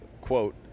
quote